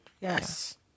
Yes